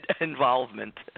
involvement